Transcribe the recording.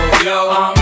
yo